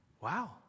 Wow